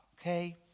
okay